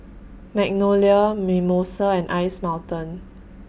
Magnolia Mimosa and Ice Mountain